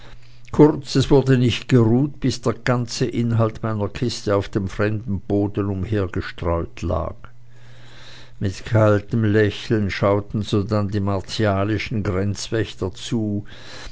es wurde nicht geruht bis der ganze inhalt meiner kiste auf dem fremden boden umhergestreut lag mit kaltem lächeln schauten sodann die martialischen grenzwächter zu